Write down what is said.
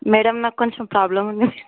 madam నాకు కొంచెం problem ఉంది